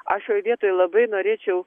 aš šioj vietoj labai norėčiau